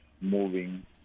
moving